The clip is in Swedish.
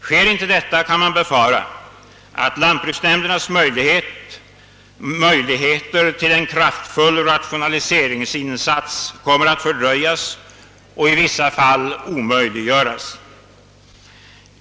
Sker inte detta, kan man befara att lantbruksnämmndernas möjligheter till en kraftfull rationaliseringsinsats kommer att fördröjas och i vissa fall omintetgöras.